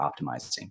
optimizing